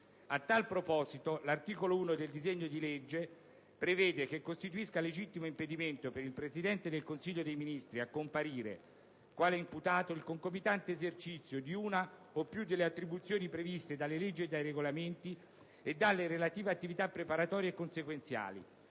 A tal proposito, l'articolo 1 del disegno di legge prevede che costituisca legittimo impedimento per il Presidente del Consiglio dei ministri a comparire quale imputato il concomitante esercizio di una o più delle attribuzioni previste dalle leggi e dai regolamenti e delle relative attività preparatorie e consequenziali,